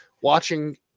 watching